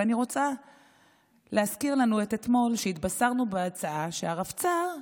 ואני רוצה להזכיר לנו שאתמול התבשרנו על הצעה שהרבצ"ר,